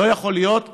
לא יכול להיות שאישה,